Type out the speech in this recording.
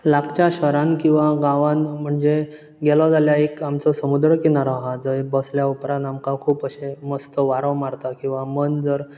लागच्या शहरान किंवा गांवात म्हणजे गेलो जाल्यार एक आमचो समूद्र किनारो आहा जय बसल्या उपरांत आमकां खूब अशें मस्त वारो मारता किंवा मन जर